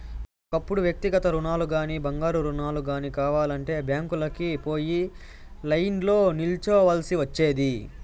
ఒకప్పుడు వ్యక్తిగత రుణాలుగానీ, బంగారు రుణాలు గానీ కావాలంటే బ్యాంకీలకి పోయి లైన్లో నిల్చోవల్సి ఒచ్చేది